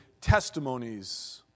testimonies